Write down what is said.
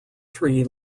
three